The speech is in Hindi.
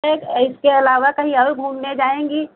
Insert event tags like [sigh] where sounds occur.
[unintelligible] इसके अलावा कहीं और घूमने जाएँगी